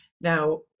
Now